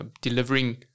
delivering